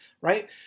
right